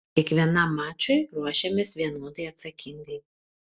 kiekvienam mačui ruošiamės vienodai atsakingai